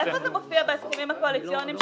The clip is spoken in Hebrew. איפה זה מופיע בהסכמים הקואליציוניים,